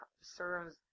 serves